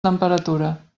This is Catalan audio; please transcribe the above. temperatura